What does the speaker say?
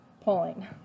pulling